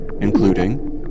including